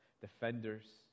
defenders